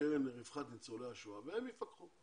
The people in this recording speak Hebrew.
לקרן לרווחת ניצולי השואה והיא תפקח.